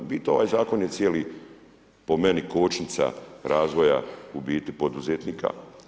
U biti ovaj zakon je cijeli po meni kočnica razvoja u biti poduzetnika.